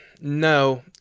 No